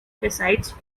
besides